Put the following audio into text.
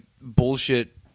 bullshit